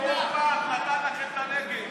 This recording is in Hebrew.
אורבך, למי אתה מוכר את המדינה?